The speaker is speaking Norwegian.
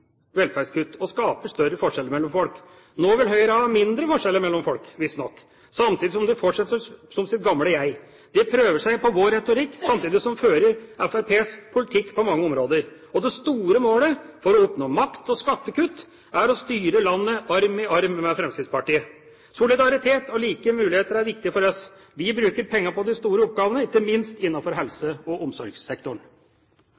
velferdskutt og skaper større forskjeller mellom folk. Nå vil Høyre ha mindre forskjeller mellom folk, visstnok, samtidig som de fortsetter som sitt gamle jeg. De prøver seg på vår retorikk samtidig som de fører Fremskrittspartiets politikk på mange områder. Det store målet for å oppnå makt og skattekutt er å styre landet arm i arm med Fremskrittspartiet. Solidaritet og like muligheter er viktig for oss. Vi bruker pengene på de store oppgavene, ikke minst